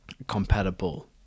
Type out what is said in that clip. compatible